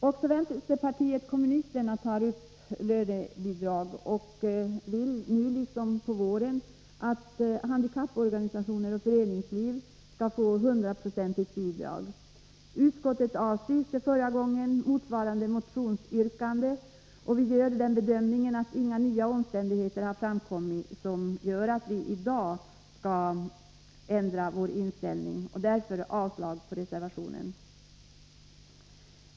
Också vänsterpartiet kommunisterna tar upp frågan om lönebidrag och vill nu, liksom på våren, att handikapporganisationer och föreningsliv skall få 100-procentigt bidrag. Utskottet avstyrkte detta motionsyrkande i våras, och vi gör den bedömningen att det inte tillkommit några nya omständigheter som motiverar att vi ändrar vår inställning. Vi yrkar avslag på reservationen.